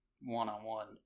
one-on-one